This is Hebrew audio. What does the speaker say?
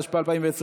התשפ"א 2020,